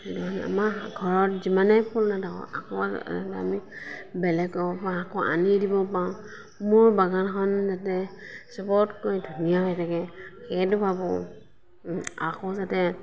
ধৰক আমাৰ ঘৰত যিমানে ফুল নাথাকক আকৌ আমি বেলেগৰ পৰা আকৌ আনি দিব পাৰোঁ মোৰ বাগানখন যাতে চবতকৈ ধুনীয়া হৈ থাকে এইটো ভাবোঁ আকৌ যাতে